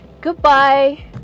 goodbye